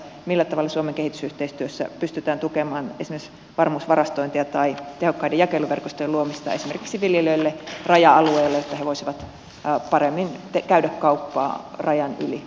millä tavalla suomen kehitysyhteistyössä pystytään tukemaan esimerkiksi varmuusvarastointia tai tehokkaiden jakeluverkostojen luomista esimerkiksi viljelijöille raja alueelle että he voisivat paremmin käydä kauppaa rajan yli ruokatarvikkeilla